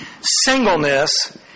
Singleness